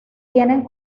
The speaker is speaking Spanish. tienen